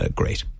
great